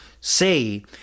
say